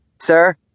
Sir